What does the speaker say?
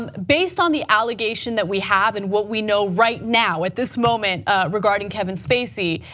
um based on the application that we have and what we know right now at this moment regarding kevin spacey,